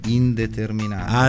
indeterminato